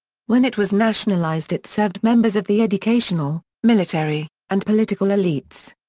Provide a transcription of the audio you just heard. when it was nationalized it served members of the educational, military, and political elites.